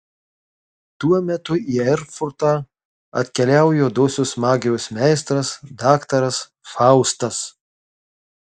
tuo metu į erfurtą atkeliavo juodosios magijos meistras daktaras faustas